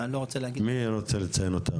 מי רוצה לציין אותם?